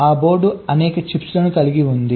ఆ బోర్డు అనేక చిప్స్ లను కలిగి ఉన్నది